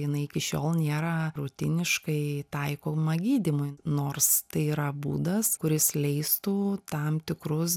jinai iki šiol nėra rutiniškai taikoma gydymui nors tai yra būdas kuris leistų tam tikrus